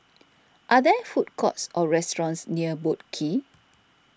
are there food courts or restaurants near Boat Quay